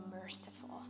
merciful